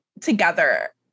together